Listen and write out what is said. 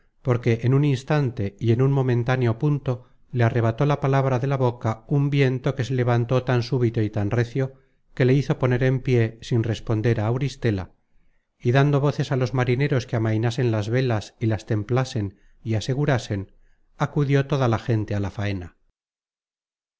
porque en un instante y en un momentáneo punto le arrebató la palabra de la boca un viento que se levantó tan súbito y tan recio que le hizo poner en pié sin responder á auristela y dando voces á los marineros que amainasen las velas y las templasen y asegurasen acudió toda la gente á la faena